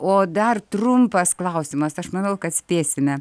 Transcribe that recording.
o dar trumpas klausimas aš manau kad spėsime